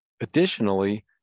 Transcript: Additionally